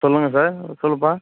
சொல்லுங்கள் சார் சொல்லுப்பா